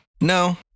No